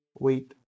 wait